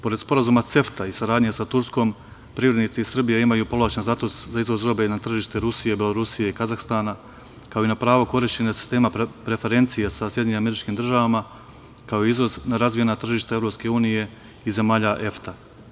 Pored sporazuma CEFTA i saradnje sa Turskom, privrednici Srbije imaju povlašćen status za izvoz robe na tržište Rusije, Belorusije i Kazahstana, kao i na pravo korišćenja sistema preferencije sa SAD, kao i izvoz na razvijena tržišta EU i zemalja EFTA.